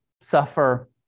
suffer